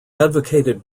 advocated